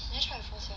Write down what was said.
never try before sia